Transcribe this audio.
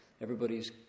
everybody's